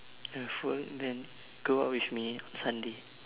have work then go out with me on sunday